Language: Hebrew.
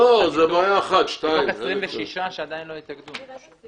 מתוך 26 שעדיין לא התאגדו.